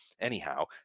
Anyhow